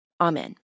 Amen